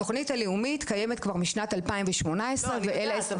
התוכנית הלאומית קיימת כבר משנת 2018. אני יודעת,